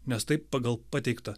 nes taip pagal pateiktą